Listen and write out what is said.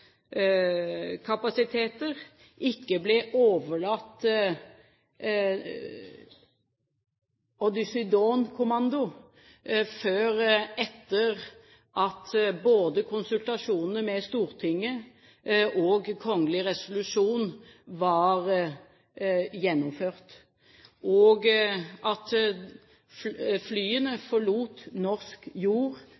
overlatt Odyssey Dawn-kommando før etter at både konsultasjonene med Stortinget og kgl. resolusjon var gjennomført, og at